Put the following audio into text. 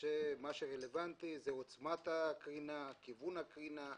מה שרלוונטי הוא עוצמת הקרינה וכיוון הקרינה.